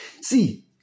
See